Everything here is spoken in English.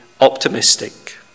optimistic